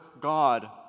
God